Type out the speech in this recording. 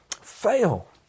fail